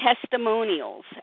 Testimonials